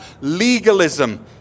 legalism